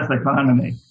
economy